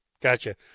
Gotcha